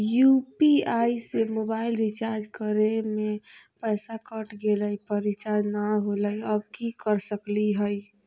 UPI से mobile recharge करे में पैसा कट गेलई, पर रिचार्ज नई होलई, अब की कर सकली हई?